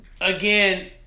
again